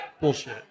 Bullshit